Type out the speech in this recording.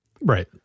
Right